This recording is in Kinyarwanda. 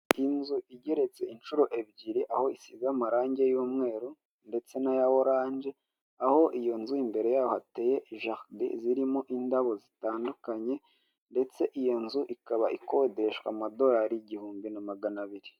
Inzu igeretse inshuro ebyiri, aho isize amarangi y'umweru ndetse n'aya oranje, aho iyo nzu imbere yaho hateye jaride zirimo indabo zitandukanye, ndetse iyo nzu ikaba ikodeshwa amadorari igihumbi na magana abiri.